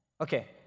okay